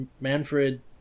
Manfred